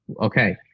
okay